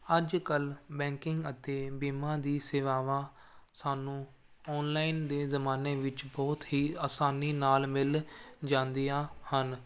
ਅੱਜ ਕੱਲ੍ਹ ਬੈਂਕਿੰਗ ਅਤੇ ਬੀਮਾ ਦੀ ਸੇਵਾਵਾਂ ਸਾਨੂੰ ਆਨਲਾਈਨ ਦੇ ਜ਼ਮਾਨੇ ਵਿੱਚ ਬਹੁਤ ਹੀ ਆਸਾਨੀ ਨਾਲ ਮਿਲ ਜਾਂਦੀਆਂ ਹਨ